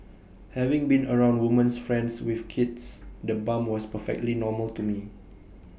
having been around women's friends with kids the bump was perfectly normal to me